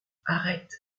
arrête